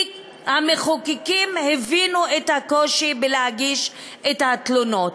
כי המחוקקים הבינו את הקושי בהגשת התלונות.